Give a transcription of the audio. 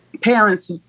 parents